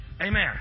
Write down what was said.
Amen